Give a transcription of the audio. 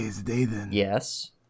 Yes